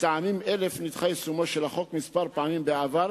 מטעמים אלה אף נדחה יישומו של החוק כמה פעמים בעבר,